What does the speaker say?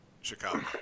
Chicago